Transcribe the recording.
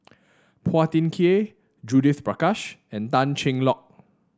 Phua Thin Kiay Judith Prakash and Tan Cheng Lock